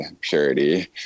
purity